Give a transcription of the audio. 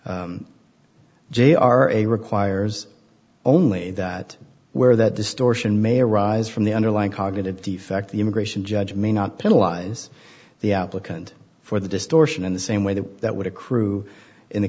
jr a requires only that where that distortion may arise from the underlying cognitive defect the immigration judge may not penalize the applicant for the distortion in the same way that that would accrue in the